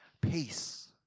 Peace